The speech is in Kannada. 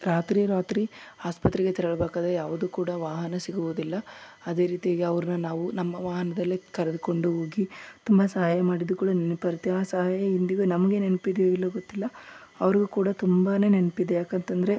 ರಾತ್ರಿ ರಾತ್ರಿ ಆಸ್ಪತ್ರೆಗೆ ತೆರಳ್ಬೇಕಾದರೆ ಯಾವುದೂ ಕೂಡ ವಾಹನ ಸಿಗುವುದಿಲ್ಲ ಅದೇ ರೀತಿಗೆ ಅವ್ರನ್ನ ನಾವು ನಮ್ಮ ವಾಹನದಲ್ಲಿ ಕರೆದುಕೊಂಡು ಹೋಗಿ ತುಂಬ ಸಹಾಯ ಮಾಡಿದ್ದು ಕೂಡ ನೆನಪಿರುತ್ತೆ ಆ ಸಹಾಯ ಇಂದಿಗೂ ನಮಗೆ ನೆನಪಿದ್ಯೋ ಇಲ್ಲವೋ ಗೊತ್ತಿಲ್ಲ ಅವ್ರಿಗೂ ಕೂಡ ತುಂಬಾ ನೆನಪಿದೆ ಯಾಕಂತಂದರೆ